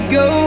go